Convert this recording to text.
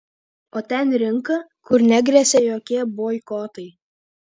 o ten rinka kur negresia jokie boikotai